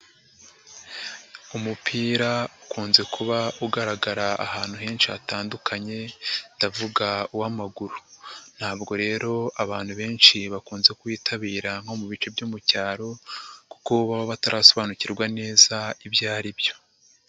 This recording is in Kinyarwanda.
Umupira ukunze kuba ugaragara ahantu henshi hatandukanye ndavuga uwa'amaguru, ntabwo rero abantu benshi bakunze kuyitabira nko mu bice byo mu cyaro kuko baba batarasobanukirwa neza ibyo aribyo.